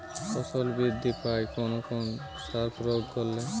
ফসল বৃদ্ধি পায় কোন কোন সার প্রয়োগ করলে?